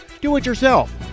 do-it-yourself